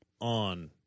on